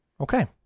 okay